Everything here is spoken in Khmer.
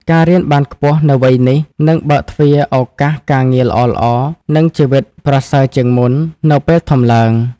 ការរៀនបានខ្ពស់នៅវ័យនេះ នឹងបើកទ្វារឱកាសការងារល្អៗ និងជីវិតប្រសើរជាងមុននៅពេលធំឡើង ។